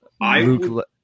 Luke